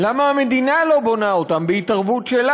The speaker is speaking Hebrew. למה המערכות הממשלתיות לא מאפשרות,